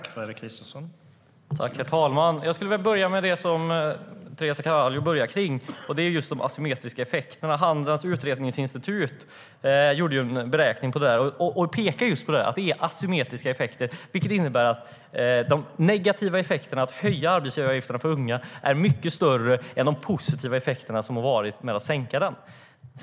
Herr talman! Jag skulle vilja börja med de asymmetriska effekterna, som Teresa Carvalho började med. Handelns Utredningsinstitut gjorde en beräkning på detta och pekade just på att effekterna är asymmetriska, vilket innebär att de negativa effekterna av att höja arbetsgivaravgifterna för unga är mycket större än de positiva effekter som man har fått genom att sänka dem.